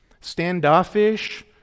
standoffish